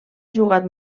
jugat